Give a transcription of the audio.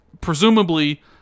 presumably